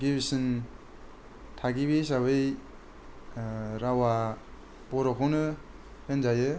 गिबिसिन थागिबि हिसाबै रावा बर'खौनो होनजायो